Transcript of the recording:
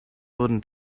wurden